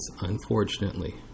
Unfortunately